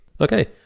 Okay